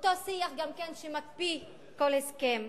גם אותו שיח שמקפיא כל הסכם,